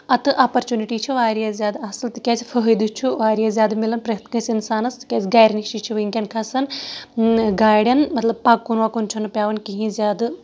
اَتھٕ اپرچوٗنِٹی چھ واریاہ زیادٕ اَصٕل تِکیازِ فٲیدٕ چھُ واریاہ زیادٕ مِلان پرٮ۪تھ کٲنسہِ اِنسانس تِکیازِ گرِ نِشی چھِ وٕنکیٚن کھسان گاڑٮ۪ن مطلب پَکُن وَکُن چھُنہٕ پٮ۪ون کہیٖنۍ زیادٕ